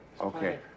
Okay